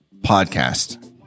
podcast